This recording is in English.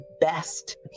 best